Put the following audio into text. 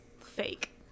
fake